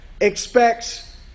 expects